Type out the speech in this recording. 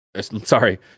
sorry